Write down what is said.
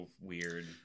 weird